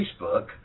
Facebook